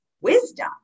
wisdom